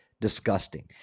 disgusting